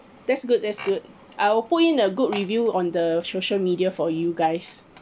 that's good that's good I'll put in a good review on the social media for you guys